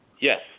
Yes